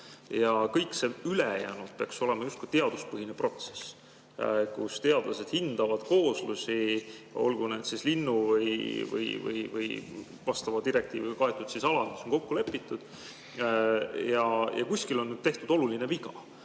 Kõik ülejäänud peaks olema justkui teaduspõhine protsess, kus teadlased hindavad kooslusi, olgu need linnu- või vastava direktiiviga kaetud alad, mis on kokku lepitud. Kuskil on tehtud oluline viga,